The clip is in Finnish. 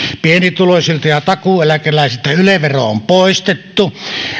pienituloisilta ja takuueläkeläisiltä yle vero on poistettu